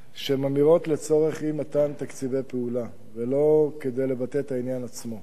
היא שהן אמירות לצורך אי-מתן תקציבי פעולה ולא כדי לבטא את העניין עצמו.